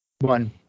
one